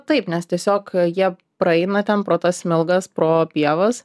taip nes tiesiog jie praeina ten pro tas smilgas pro pievas